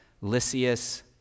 Lysias